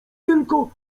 tylko